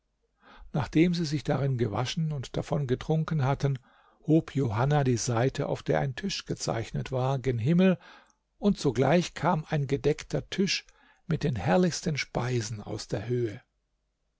nachdem sie sich darin gewaschen und davon getrunken hatten hob johanna die seite auf der ein tisch gezeichnet war gen himmel und sogleich kam ein gedeckter tisch mit den herrlichsten speisen aus der höhe